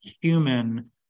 human